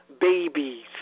babies